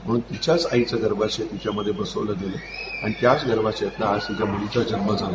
म्हणून तिच्याच आईचं गर्भाशय तिच्यामध्ये बसविलं गेलं आणि त्याच गर्भाशयातनं तीच्या मुलीचा जन्म झाला